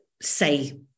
say